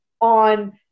on